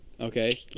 Okay